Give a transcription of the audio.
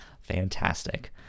fantastic